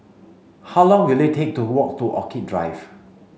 how long will it take to walk to Orchid Drive